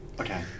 Okay